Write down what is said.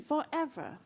Forever